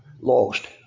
Lost